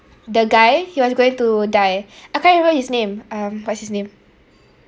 the guy he was going to die I can't remember his name um what's his name